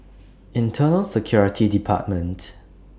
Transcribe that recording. Internal Security department